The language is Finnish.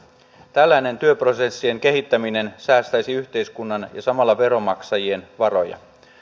tällainen työprosessien kehittäminen säästäisi yhteiskunnan ja samalla veronmaksajien varoja